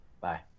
bye